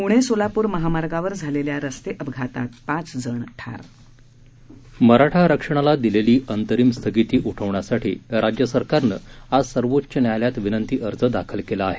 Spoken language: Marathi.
पुणे सोलापूर महामार्गावर झालेल्या रस्ते अपघातात पाच जण ठार मराठा आरक्षणाला दिलेली अंतरिम स्थगिती उठवण्यासाठी राज्य सरकारनं आज सर्वोच्च न्यायलयात विनंती अर्ज दाखल केला आहे